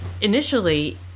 initially